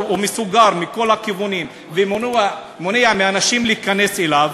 ומסוגר מכל הכיוונים ומונע מאנשים להיכנס אליו,